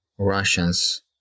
Russians